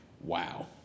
Wow